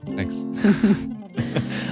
thanks